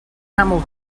camel